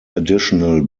additional